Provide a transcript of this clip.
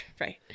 right